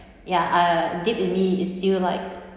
ya uh deep in me is still like